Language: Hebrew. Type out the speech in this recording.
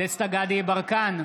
דסטה גדי יברקן,